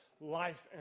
life